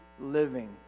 living